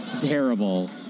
terrible